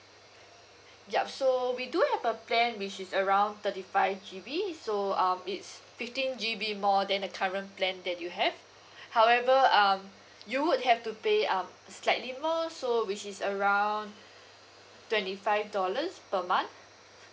ya so we do have a plan which is around thirty five G_B so um it's fifteen G_B more than the current plan that you have however um you would have to pay um slightly more so which is around twenty five dollars per month